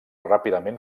ràpidament